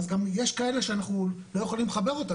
אז גם יש כאלה שאנחנו לא יכולים לחבר אותם,